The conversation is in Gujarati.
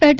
પેટ